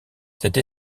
cette